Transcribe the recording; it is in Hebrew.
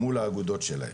מול האגודות שלהם.